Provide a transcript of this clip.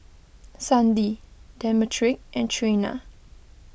Sandie Demetric and Trena